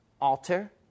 alter